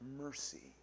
mercy